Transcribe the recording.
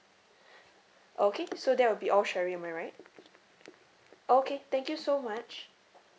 okay so that will be all sherry am I right okay thank you so much